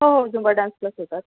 हो Zumba dance class होतात